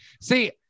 See